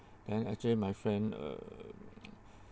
then actually my friend ah